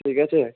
ঠিক আছে